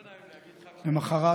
למוחרת,